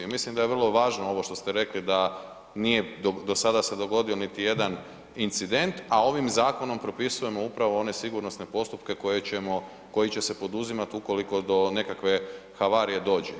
I mislim da je vrlo važno ovo što ste rekli da nije do sada se dogodio niti jedan incident, a ovim zakonom propisujemo upravo one sigurnosne postupke koje ćemo, koji će se poduzimati ukoliko do nekakve havarije dođe.